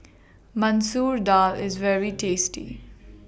Masoor Dal IS very tasty